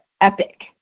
Epic